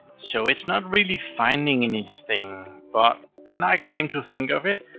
so it's not really finding anything, but and i came to think of it.